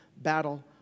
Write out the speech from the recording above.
battle